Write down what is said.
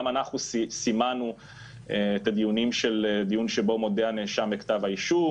גם אנחנו סימנו את הדיונים של דיון שבו מודה הנאשם בכתב האישום,